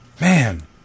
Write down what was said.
Man